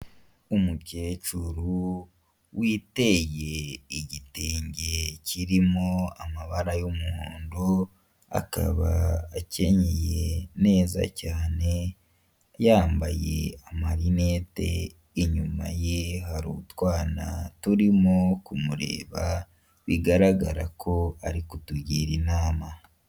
Umukecuru witeye igitenge kirimo amabara y'umuhondo akaba akenyeye neza cyane, yambaye amarinete, inyuma ye hari utwana turimo kumureba bigaragara ko ari kutugira inama.